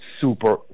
super